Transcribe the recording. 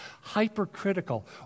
Hypercritical